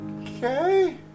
okay